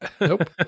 Nope